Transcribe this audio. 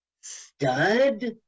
Stud